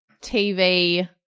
TV